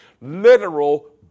literal